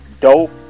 dope